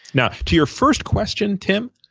now to your first question tim,